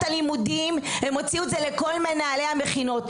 הלימודים הן הוציאו את זה לכל מנהלי המכינות.